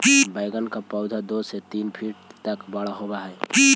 बैंगन का पौधा दो से तीन फीट तक बड़ा होव हई